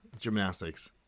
Gymnastics